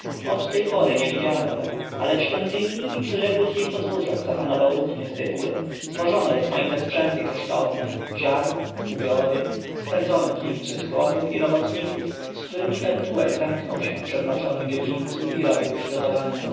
od tej pory nie widziano go ale w świątyni i przyległych jej podwórzach zapanował ruch niezwykły zwożono rozmaite sprzęty kosztowne ziarna ubiory spędzono kilkuset chłopów i robotników z którymi pentuer zamknął się w przeznaczonym dziedzińcu i robił przygotowania